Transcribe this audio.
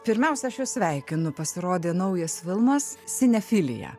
pirmiausia aš jus sveikinu pasirodė naujas filmas cinefilija